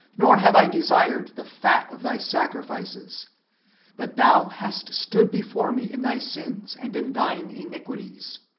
nor have i desired the fat of thy sacrifices but thou hast stood before me in thy sins and in thine iniquities.